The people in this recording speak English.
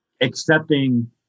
accepting